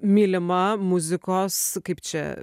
mylima muzikos kaip čia